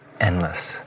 endless